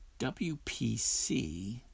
WPC